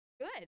Good